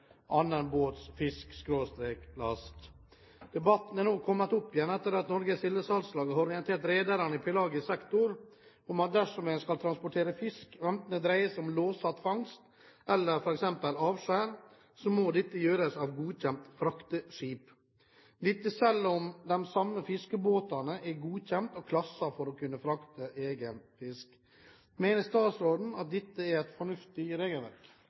Debatten er nå kommet opp igjen etter at Norges Sildesalgslag har orientert rederne i pelagisk sektor om at dersom en skal transportere fisk, enten det dreier seg om låssatt fangst eller f.eks. avskjær, så må dette gjøres av godkjent frakteskip, selv om de samme fiskebåtene er godkjent og klasset for å kunne frakte egen fisk. Mener statsråden at dette er et fornuftig regelverk?»